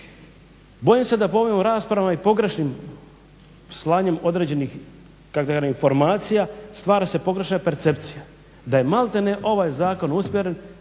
Bojim se da po ovim raspravama i pogrešnim slanjem određenih kako da kažem informacija stvara se pogrešna percepcija da je maltene ovaj zakon usmjeren